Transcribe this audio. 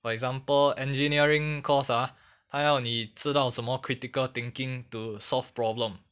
for example engineering course ah 他要你知道真么 critical thinking to solve problem